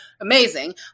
Amazing